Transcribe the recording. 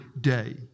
day